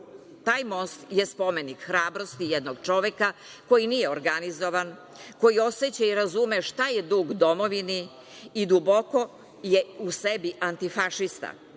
Taj most je spomenik hrabrosti jednog čoveka, koji nije organizovan, koji oseća i razume šta je dug domovini i duboko je u sebi antifašista.